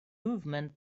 movement